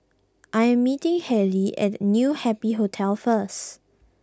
I am meeting Haley at New Happy Hotel first